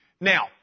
Now